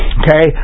okay